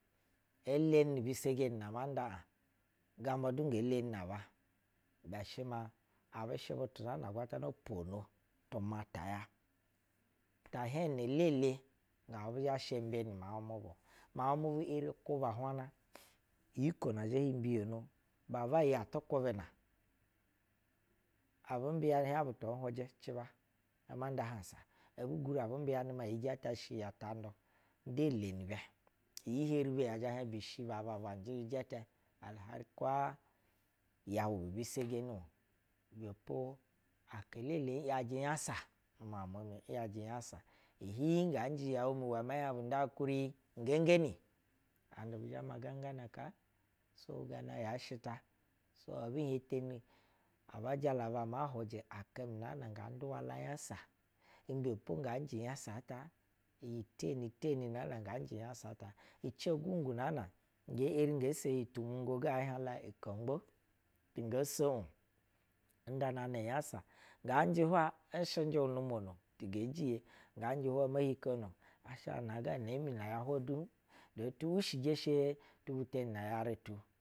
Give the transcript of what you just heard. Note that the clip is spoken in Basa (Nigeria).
Eleni mbisegeni na ama nda ab gamba du n gee leni na aba. ibɛ shɛ ma abu shɛ butu naan a agwatana poni tumata ya ta hien inɛ elele gabu bishɛ ba sha urube na miaub mu bu-o mia ub mubu eri kwaba uhwama uyi ko na eri bu mbiyono maa iyi atu kwubɛ na, a bu mbiyanɛ hien tun h wujɛ n ciba n zhɛ mansa abansa, ebu guri a bu mbiyaɛ ma iyi gɛtɛ shɛ iyi atamdu nda ule ni bɛ. iyi heri beyi ɛ zhɛ hiɛh bishi ba aba njɛ ijɛtɛ al hali kaa yɛu bu mbisogono. ibɛ po akalele nyajɛ myasa nu miayb mubu, bu yajɛ nyasa. Ihin ga njɛ yɛu mi uwɛ mɛ hieb nda aukuri ugengeni ande bishɛ ma gaugana ga. So gana yashɛ ta. So ebu henteni aba jala la ma hwujɛ aka mi nan ga duwa la nyasa imbepo nga njɛ nyasa ta? Iyi teni tenina nga njɛ nyasa ta? Ici ogungu naan a ngee er ingo? So iyi tu mungo ga ɛhiɛnla nkongbo, tun goo so nub ndananɛ nyaba. Ngaa njɛ hwai n shɛnjɛ nu umwono tin gee jiye. Nda njɛ hwai mo hikono ash ana ga inemi nay a hwai du. Tenu wishije eshe tu vuteni inɛ iyarɛ tu.